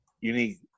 unique